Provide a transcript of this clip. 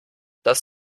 dass